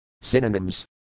Synonyms